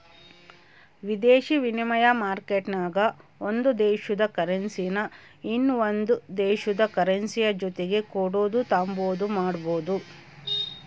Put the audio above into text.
ವಿದೇಶಿ ವಿನಿಮಯ ಮಾರ್ಕೆಟ್ನಾಗ ಒಂದು ದೇಶುದ ಕರೆನ್ಸಿನಾ ಇನವಂದ್ ದೇಶುದ್ ಕರೆನ್ಸಿಯ ಜೊತಿಗೆ ಕೊಡೋದು ತಾಂಬಾದು ಮಾಡ್ಬೋದು